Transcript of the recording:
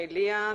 מעיליא,